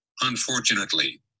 Unfortunately